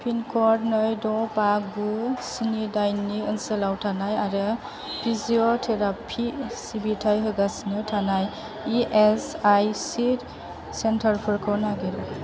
पिनक'ड नै द' बा गु स्नि दाइन नि ओनसोलाव थानाय आरो फिजिय' थेराफि सिबिथाय होगासिनो थानाय इ एस आइ सि सेन्टारफोरखौ नागिर